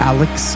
Alex